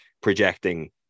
projecting